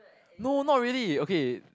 no not really okay